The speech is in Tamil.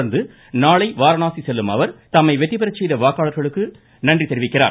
தொடா்ந்து நாளை வாரணாசி செல்லும் அவா் தம்மை வெற்றி பெறச் செய்த மக்களுக்கு நன்றி தெரிவிக்கிறார்